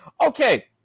Okay